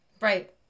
Right